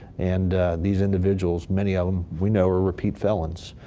and these individuals, many of them we know our repeat felons.